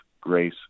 grace